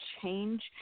change